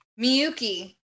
miyuki